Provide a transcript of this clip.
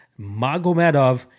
magomedov